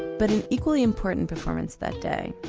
but an equally important performance that day,